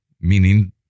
meaning